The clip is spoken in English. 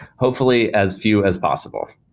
hopefully as few as possible.